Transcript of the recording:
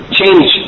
change